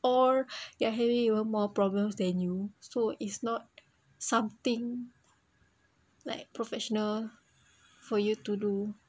or they're having even more problems than you so it's not something like professional for you to do